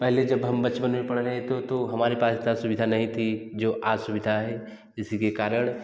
पहले जब हम बचपन में पढ़ रहे थे तो हमारे पास इतनी सुविधा नहीं थी जो आज सुविधा है इसी के कारण